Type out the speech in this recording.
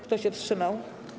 Kto się wstrzymał?